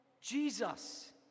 Jesus